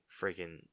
freaking